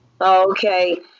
Okay